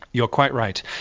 you're quite right.